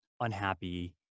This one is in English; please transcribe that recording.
unhappy